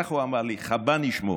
כך הוא אמר לי, חבני שמו: